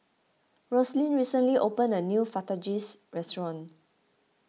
Roslyn recently opened a new Fajitas Restaurant